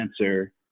answer